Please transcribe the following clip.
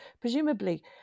presumably